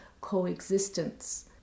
coexistence